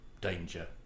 danger